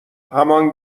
همان